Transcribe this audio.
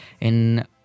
in-